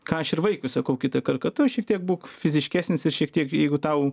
ką aš ir vaikui sakau kitą kart kad tu šitiek būk fiziškesnis ir šiek tiek jeigu tau